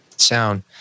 sound